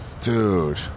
Dude